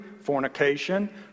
fornication